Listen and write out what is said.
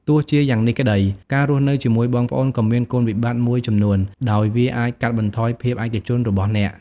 ទោះជាយ៉ាងនេះក្ដី ការរស់នៅជាមួយបងប្អូនក៏មានគុណវិបត្តិមួយចំនួន ដោយវាអាចកាត់បន្ថយភាពឯកជនរបស់អ្នក។